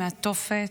מהתופת.